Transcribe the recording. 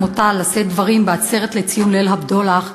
אותה לשאת דברים בעצרת לציון "ליל הבדולח",